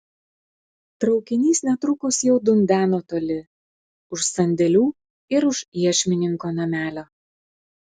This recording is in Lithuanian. traukinys netrukus jau dundeno toli už sandėlių ir už iešmininko namelio